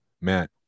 matt